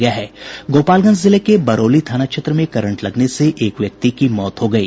गोपालगंज जिले के बरौली थाना क्षेत्र में करंट लगने से एक व्यक्ति की मौत हो गयी